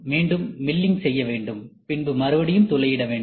மீண்டும் மில்லிங் செய்ய வேண்டும் பின் மறுபடியும் துளையிட வேண்டும்